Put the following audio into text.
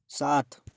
सात